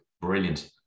brilliant